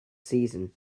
season